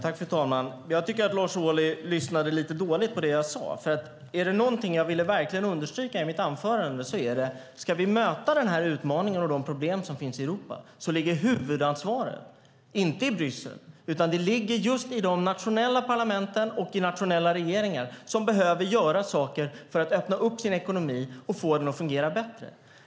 Fru talman! Jag tycker att Lars Ohly lyssnade lite dåligt på det jag sade, för var det någonting jag verkligen ville understryka i mitt anförande så var det detta: Ska vi möta den här utmaningen och de problem som finns i Europa ligger huvudansvaret inte i Bryssel, utan det ligger hos de nationella parlamenten och de nationella regeringarna, som behöver göra saker för att öppna upp sin ekonomi och få den att fungera bättre.